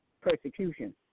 persecution